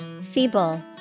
Feeble